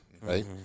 right